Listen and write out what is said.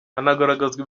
hanagaragazwa